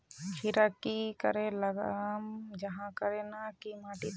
खीरा की करे लगाम जाहाँ करे ना की माटी त?